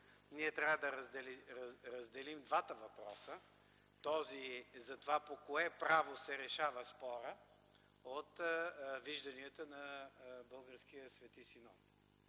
ние трябва да разделим двата въпроса – този за това по кое право се решава спорът от вижданията на българския Свети Синод.